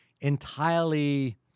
entirely